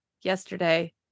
yesterday